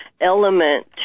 element